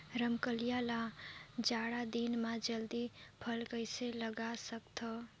रमकलिया ल जाड़ा दिन म जल्दी फल कइसे लगा सकथव?